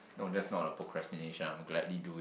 no that's not a procrastination I would gladly do